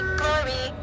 glory